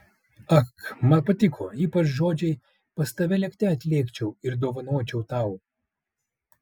ak man patiko ypač žodžiai pas tave lėkte atlėkčiau ir dovanočiau tau